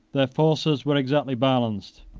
their forces were exactly balanced.